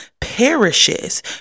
perishes